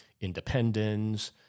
independence